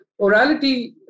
orality